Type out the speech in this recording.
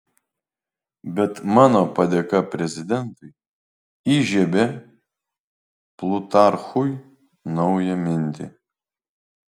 bet mano padėka prezidentui įžiebia plutarchui naują mintį